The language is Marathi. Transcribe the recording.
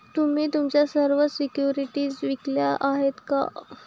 तुम्ही तुमच्या सर्व सिक्युरिटीज विकल्या आहेत का?